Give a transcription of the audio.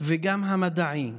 וגם המדעי הזה,